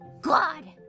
God